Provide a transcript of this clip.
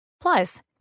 Plus